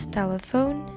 telephone